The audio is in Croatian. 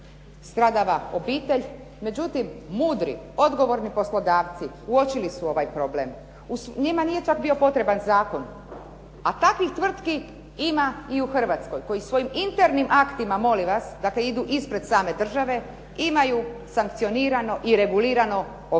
Stradava obitelj, međutim mudri, odgovorni poslodavci uočili su ovaj problem. Njima nije čak bio potreban zakon, a takvih tvrtki ima i u Hrvatskoj koji svojim internim aktima molim vas dakle idu ispred same države imaju sankcionirano i regulirano ovakvo